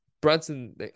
Brunson